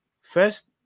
First